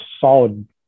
solid